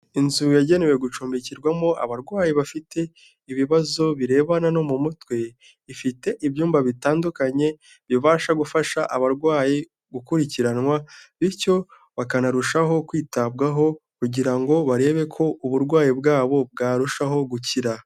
Inzu yagenewe gucumbikirwamo abarwayi bafite ibibazo birebana no mu mutwe, ifite ibyumba bitandukanye bibasha gufasha abarwayi gukurikiranwa bityo bakanarushaho kwitabwaho kugira ngo barebe ko uburwayi bwabo bwarushaho gukira.